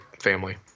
family